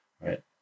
right